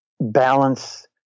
balance